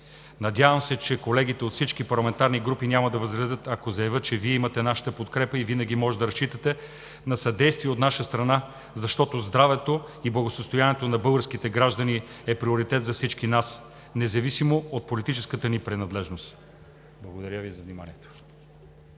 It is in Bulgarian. Надявам се, че колегите от всички парламентарни групи няма да възразят, ако заявя, че Вие имате нашата подкрепа и винаги може да разчитате на съдействие от наша страна, защото здравето и благосъстоянието на българските граждани е приоритет за всички нас независимо от политическата ни принадлежност. Благодаря Ви за вниманието.